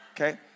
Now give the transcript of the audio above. okay